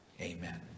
Amen